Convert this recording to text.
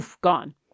gone